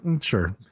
sure